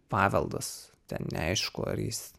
paveldas ten neaišku ar jis